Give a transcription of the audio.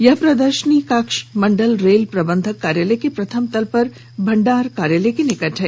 यह प्रदर्शनी कक्ष मंडल रेल प्रबंधक कार्यालय के प्रथम तल पर भंडार कार्यालय के पास है